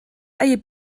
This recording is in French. ayez